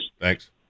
Thanks